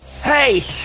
Hey